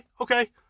Okay